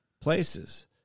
places